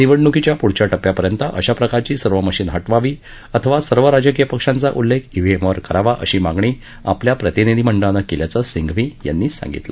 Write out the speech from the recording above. निवडणुकीच्या पुढच्या टप्प्यापर्यंत अशा प्रकारची सर्व मशिन हटवावी अथवा सर्व राजकीय पक्षांचा उल्लेख ईव्हीएम वर करावा अशी मागणी आपल्या प्रतिनिधीमंडळानं केल्याचं सिंघवी यांनी सांगितलं